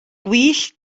gwyllt